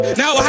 now